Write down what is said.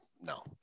no